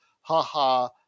ha-ha